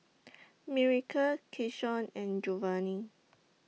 Miracle Keyshawn and Jovani